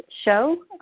show